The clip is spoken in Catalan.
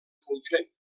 conflent